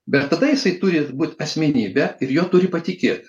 bertataisai turės būti asmenybe ir ji turi patiki